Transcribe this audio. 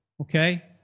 okay